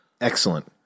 Excellent